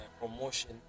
promotion